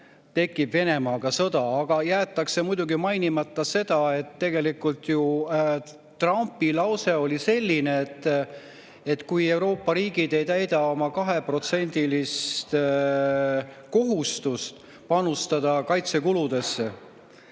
tekib Venemaaga sõda. Aga jäetakse muidugi mainimata see, et tegelikult oli Trumpi lause ju selline, et kui Euroopa riigid ei täida oma kohustust panustada 2% kaitsekuludesse,